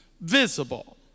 visible